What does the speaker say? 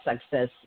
success